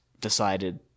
decided